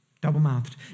double-mouthed